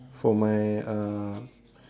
for my uh